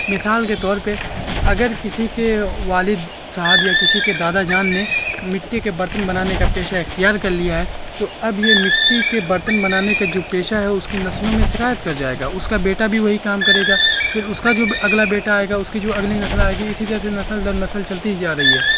مثال کے طور پہ اگر کسی کے والد صاحب یا کسی کے دادا جان نے مٹی کے برتن بنانے کا پیشہ اختیار کر لیا ہے تو اب یہ مٹی کے برتن بنانے کا جو پیشہ ہے اس کی نسلوں میں سرایت کر جائے گا اس کا بیٹا بھی وہی کام کرے گا پھر اس کا جو اگلا بیٹا آئے گا اس کی جو اگلی نسل آئے گی اسی طرح سے نسل در نسل چلتی جا رہی ہے